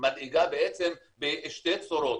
התופעה מדאיגה בשתי צורות,